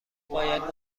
باید